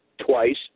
twice